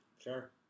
Sure